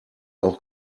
auch